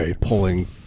pulling